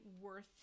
worth